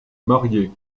marier